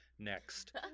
next